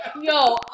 Yo